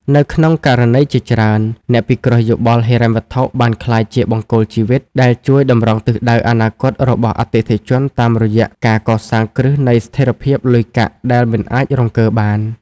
នៅក្នុងករណីជាច្រើន អ្នកពិគ្រោះយោបល់ហិរញ្ញវត្ថុបានក្លាយជា "បង្គោលជីវិត" ដែលជួយតម្រង់ទិសដៅអនាគតរបស់អតិថិជនតាមរយៈការកសាងគ្រឹះនៃស្ថិរភាពលុយកាក់ដែលមិនអាចរង្គើបាន។